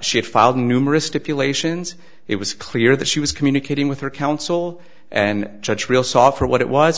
she had filed numerous stipulations it was clear that she was communicating with her counsel and judge real saw for what it was